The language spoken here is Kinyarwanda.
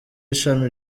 ishami